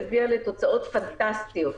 והיא שהביאה לתוצאות פנטסטיות.